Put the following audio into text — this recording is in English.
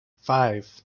five